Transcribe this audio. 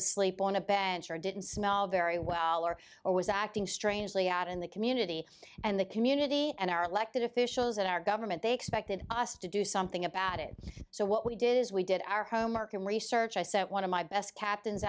asleep on a bench or didn't smell very well or or was acting strangely out in the community and the community and our elected officials at our government they expected us to do something about it so what we did is we did our homework and research i set one of my best captains